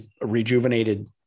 rejuvenated